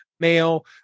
male